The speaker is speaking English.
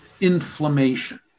inflammation